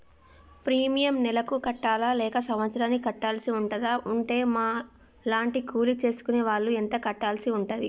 Premium నెల నెలకు కట్టాలా లేక సంవత్సరానికి కట్టాల్సి ఉంటదా? ఉంటే మా లాంటి కూలి చేసుకునే వాళ్లు ఎంత కట్టాల్సి ఉంటది?